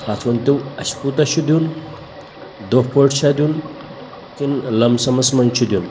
اَتھ ؤنۍ تو اَسہِ کوٗتاہ چھُ دیُن دۄہ پٲٹھۍ چھا دیُن کِنہٕ لم سَمَس منٛز چھُ دیُن